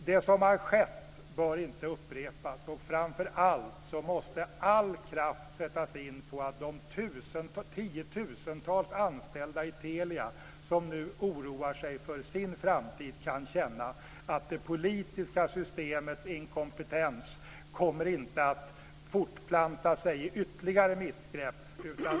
Det som har skett bör inte upprepas, och framför allt måste all kraft sättas in på att de tiotusentals anställda i Telia, som nu oroar sig för sin framtid, ska kunna känna att det politiska systemets inkompetens inte kommer att fortplanta sig i ytterligare missgrepp.